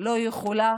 לא יכולה